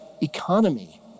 economy